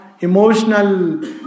emotional